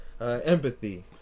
Empathy